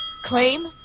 Claim